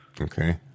Okay